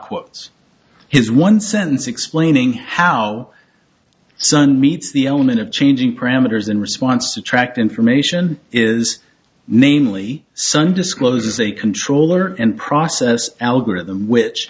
quotes his one sentence explaining how sun meets the element of changing parameters in response to tract information is mainly some discloses a controller and process algorithm which